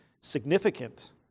significant